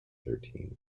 thirteen